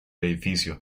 edificio